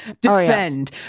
defend